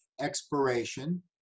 expiration